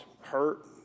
hurt